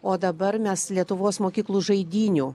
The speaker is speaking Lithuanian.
o dabar mes lietuvos mokyklų žaidynių